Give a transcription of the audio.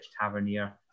Tavernier